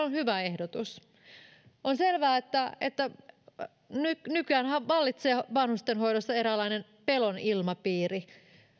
on hyvä ehdotus on selvää että että nykyään vallitsee vanhustenhoidossa eräänlainen pelon ilmapiiri